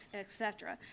et cetera,